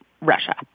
Russia